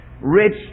rich